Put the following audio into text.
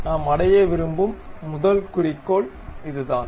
நாம் அடைய விரும்பும் முதல் குறிக்கோள் இதுதான்